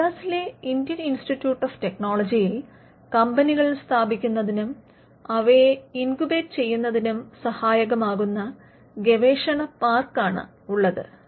മദ്രാസിലെ Indian institute of ടെക്നോളജിയിൽ Indian Institute of Technology Madras കമ്പനികൾ സ്ഥാപിക്കുന്നതിനും അവയെ ഇൻക്യൂബേറ്റ് ചെയ്യുന്നതിനും സഹായകമാകുന്ന ഗവേഷണപാർക്കാണുള്ളത്